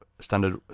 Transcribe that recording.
standard